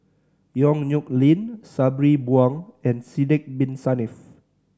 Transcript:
Yong Nyuk Lin Sabri Buang and Sidek Bin Saniff